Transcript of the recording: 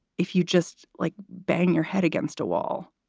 if you just, like, bang your head against a wall?